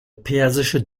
persische